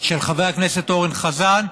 של חבר הכנסת אורן חזן.